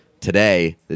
today